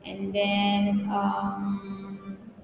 and then um